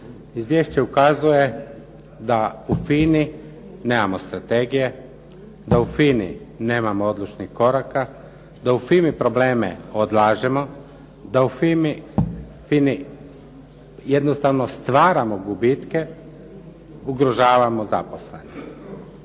Izvješće ukazuje da u FINA-i nemamo strategije, da u FINA-i nemamo odlučnih koraka, da u FINA-i probleme odlažemo, da u FINA-i jednostavno stvaramo gubitke, ugrožavamo zaposlene.